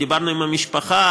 ודיברנו עם המשפחה,